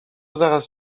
zaraz